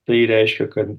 tai reiškia kad